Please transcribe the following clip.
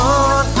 on